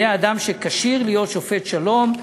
יהיה אדם שכשיר להיות שופט שלום.